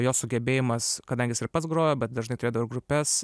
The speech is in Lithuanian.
jo sugebėjimas kadangi jis ir pats grojo bet dažnai turėdavo ir grupes